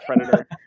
predator